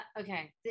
okay